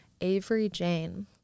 Avery-Jane